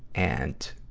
and,